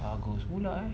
aku semula eh